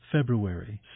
February